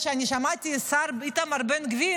שמעתי את השר איתמר בן גביר,